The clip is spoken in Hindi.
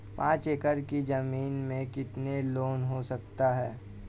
पाँच एकड़ की ज़मीन में कितना लोन हो सकता है?